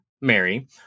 Mary